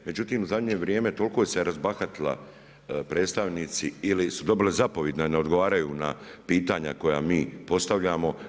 Međutim, u zadnje vrijeme toliko se razbahatila predstavnici ili su dobili zapovid da ne odgovaraju na pitanja koja mi postavljamo.